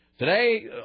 Today